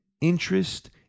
interest